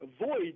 Avoid